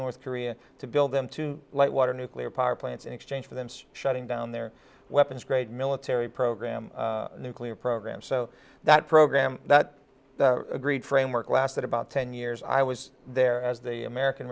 north korea to build them to light water nuclear power plants in exchange for them shutting down their weapons grade military program nuclear program so that program that agreed framework lasted about ten years i was there as the american